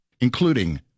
including